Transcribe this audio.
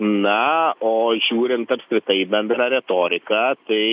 na o žiūrint apskritai į bendrą retoriką tai